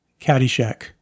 Caddyshack